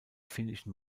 finnischen